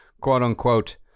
quote-unquote